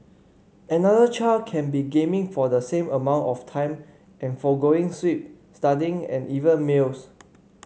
another child can be gaming for the same amount of time and forgoing sleep studying and even meals